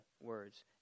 words